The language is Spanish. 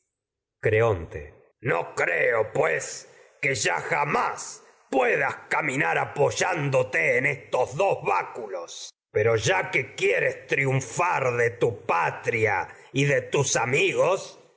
creonte minar no creo en pues que ya jamás puedas ca ya apoyándote estos dos y báculos pero que quieres triunfar de tu patria dato de los cuales de tus amigos